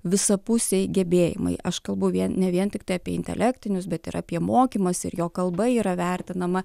visapusiai gebėjimai aš kalbu vien ne vien tiktai apie intelektinius bet ir apie mokymąsi ir jo kalba yra vertinama